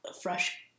fresh